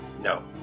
No